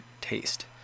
taste